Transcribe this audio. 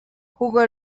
jugó